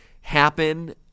happen